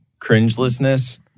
cringelessness